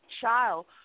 child